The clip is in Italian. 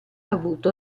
avuto